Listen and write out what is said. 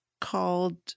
called